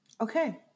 Okay